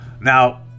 Now